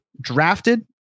drafted